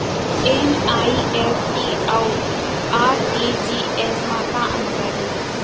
NEFT अऊ RTGS मा का अंतर हे?